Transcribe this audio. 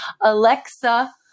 Alexa